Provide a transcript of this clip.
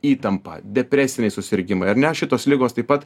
įtampa depresiniai susirgimai ar ne šitos ligos taip pat